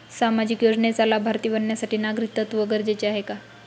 सामाजिक योजनेचे लाभार्थी बनण्यासाठी नागरिकत्व गरजेचे आहे का?